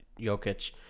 Jokic